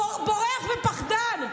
בורח ופחדן.